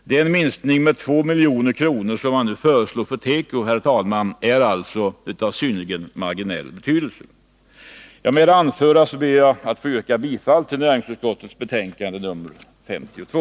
Den minskning med 2 milj.kr. som nu föreslås för tekoindustrin är alltså, herr talman, av synnerligen marginell betydelse. Med det anförda ber jag att få yrka bifall till näringsutskottets hemställan i betänkande nr 52.